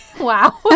Wow